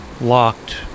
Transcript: locked